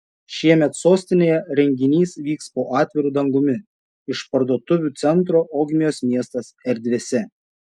šiemet sostinėje renginys vyks po atviru dangumi išparduotuvių centro ogmios miestas erdvėse